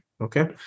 okay